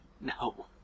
No